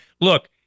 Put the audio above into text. Look